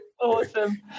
Awesome